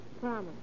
Promise